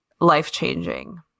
life-changing